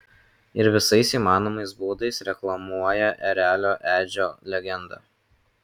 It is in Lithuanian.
ir visais įmanomais būdais reklamuoja erelio edžio legendą